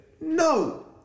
No